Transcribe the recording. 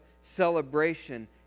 celebration